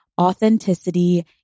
authenticity